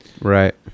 right